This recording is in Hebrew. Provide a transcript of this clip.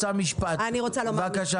אג'נדה.